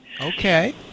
Okay